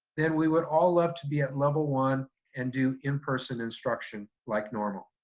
then we would all love to be at level one and do in-person instruction like normal.